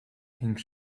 hing